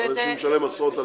אנשים לא ישלמו עשרות אלפים.